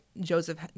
Joseph